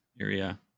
area